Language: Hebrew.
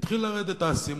התחיל לרדת האסימון.